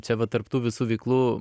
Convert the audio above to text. čia va tarp tų visų veiklų